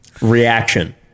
Reaction